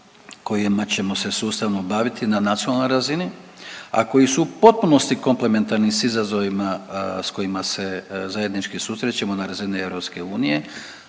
kojima ćemo se sustavno baviti na nacionalnoj razini, a koji su u potpunosti komplementarni sa izazovima sa kojima se zajednički susrećemo na razini EU.